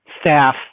staff